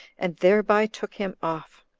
and thereby took him off,